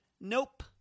Nope